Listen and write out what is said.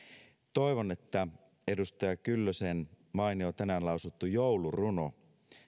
toivon että edustaja kyllösen mainio tänään lausuttu jouluruno